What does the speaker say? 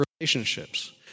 relationships